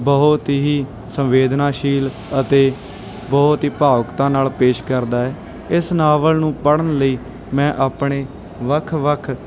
ਬਹੁਤ ਹੀ ਸੰਵੇਦਨਸ਼ੀਲ ਅਤੇ ਬਹੁਤ ਹੀ ਭਾਵੁਕਤਾ ਨਾਲ ਪੇਸ਼ ਕਰਦਾ ਹੈ ਇਸ ਨਾਵਲ ਨੂੰ ਪੜ੍ਹਨ ਲਈ ਮੈਂ ਆਪਣੇ ਵੱਖ ਵੱਖ